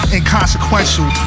Inconsequential